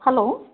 hello